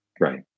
Right